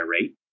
rate